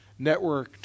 networked